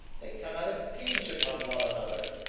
they cannot impinge upon one another.